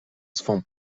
swą